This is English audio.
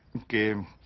gave